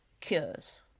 cures